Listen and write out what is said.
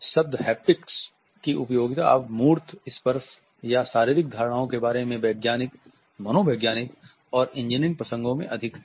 शब्द हैप्टिक्स की उपयोगिता अब मूर्त स्पर्श या शारीरिक धारणाओं के बारे में वैज्ञानिक मनोवैज्ञानिक और इंजीनियरिंग प्रसंगों में अधिक है